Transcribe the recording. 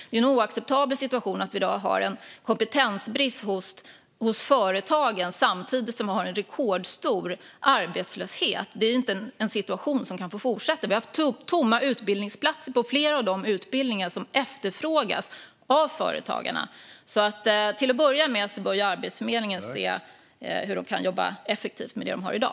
Det är en oacceptabel situation att vi i dag har en kompetensbrist hos företagen samtidigt som vi har en rekordstor arbetslöshet. Det är inte en situation som kan få fortsätta. Vi har haft tomma utbildningsplatser på flera av de utbildningar som efterfrågas av företagarna. Till att börja med bör Arbetsförmedlingen se hur de kan jobba effektivt med det de har i dag.